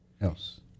else